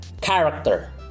character